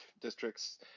districts